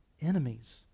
enemies